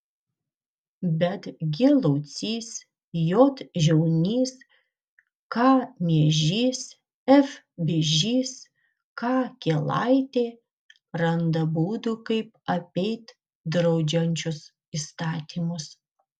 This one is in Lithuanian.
bet g laucys j žiaunys k miežys f bižys k kielaitė randa būdų kaip apeit draudžiančius įstatymus